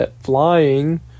flying